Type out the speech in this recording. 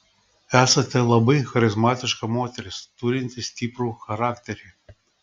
esate labai charizmatiška moteris turinti stiprų charakterį